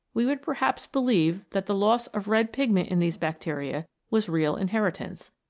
we would perhaps believe that the loss of red pigment in these bacteria was real inheritance.